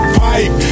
pipe